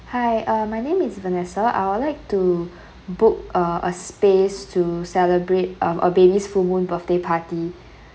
hi uh my name is vanessa I would like to book uh a space to celebrate um a baby's full moon birthday party